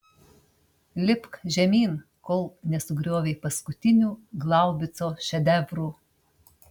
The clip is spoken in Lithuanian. lipk žemyn kol nesugriovei paskutinių glaubico šedevrų